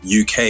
UK